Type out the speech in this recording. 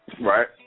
Right